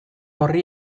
horri